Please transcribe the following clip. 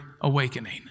awakening